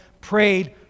prayed